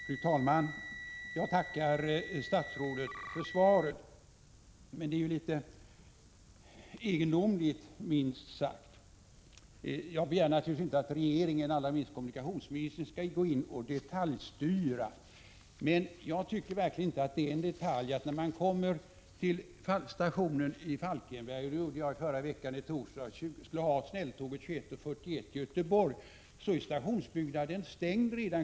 Fru talman! Jag tackar statsrådet för svaret. Men det hela är litet egendomligt, minst sagt. Jag begär naturligtvis inte att regeringen, och allra minst kommunikationsministern, skall gå in och detaljstyra. Men jag tycker verkligen inte att det är en detalj att stationsbyggnaden i Falkenberg stänger redan kl. 21.00 — jag kom dit i torsdags i förra veckan och skulle ta snälltåget till Göteborg kl. 21.41, och då var stationsbyggnaden stängd.